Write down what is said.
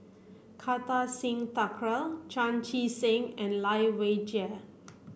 Kartar Singh Thakral Chan Chee Seng and Lai Weijie